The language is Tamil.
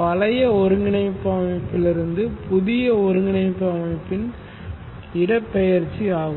பழைய ஒருங்கிணைப்பு அமைப்பிலிருந்து புதிய ஒருங்கிணைப்பு அமைப்பின் இடப்பெயர்ச்சி ஆகும்